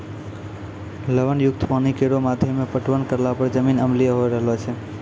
लवण युक्त पानी केरो माध्यम सें पटवन करला पर जमीन अम्लीय होय रहलो छै